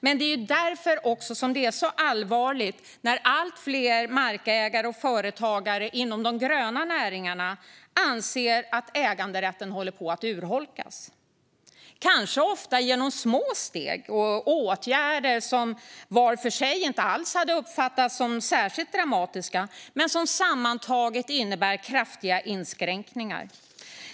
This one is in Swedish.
Men det är också därför det är så allvarligt när allt fler markägare och företagare inom de gröna näringarna anser att äganderätten håller på att urholkas. Det sker ofta genom små steg och åtgärder som var för sig inte alls skulle uppfattas som särskilt dramatiska men som sammantaget innebär kraftiga inskränkningar.